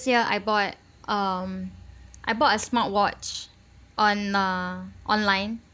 sia I bought um I bought a smartwatch on uh online